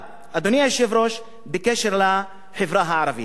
אבל, אדוני היושב-ראש, בקשר לחברה הערבית: